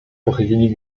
pochylili